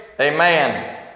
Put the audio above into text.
Amen